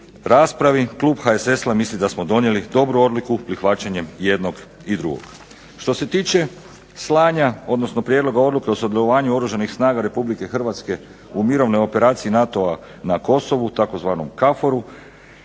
raspravi klub HSS-a misli da smo donijeli dobru odluku prihvaćanjem jednog i drugog. Što se tiče slanja, odnosno Prijedlogu odluke o sudjelovanju Oružanih snaga Republike Hrvatske u mirovnoj operaciji NATO-a na Kosovu tzv. KAFOR-u